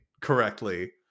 correctly